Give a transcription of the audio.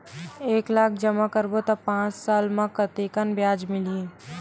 एक लाख जमा करबो त पांच साल म कतेकन ब्याज मिलही?